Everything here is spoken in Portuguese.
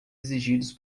exigidos